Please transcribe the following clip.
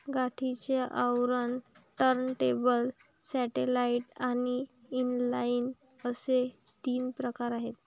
गाठीचे आवरण, turntable, satellite आणि इनलाइन असे तीन प्रकार आहे